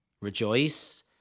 Rejoice